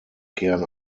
kehren